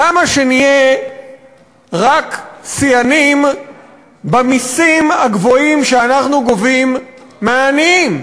למה שנהיה רק שיאנים במסים הגבוהים שאנחנו גובים מהעניים?